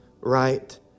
right